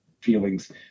feelings